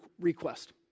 request